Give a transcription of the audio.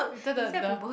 later the the